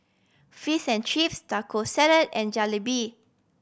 Fish and Chips Taco Salad and Jalebi